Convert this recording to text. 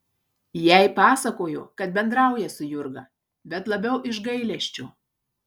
jai pasakojo kad bendrauja su jurga bet labiau iš gailesčio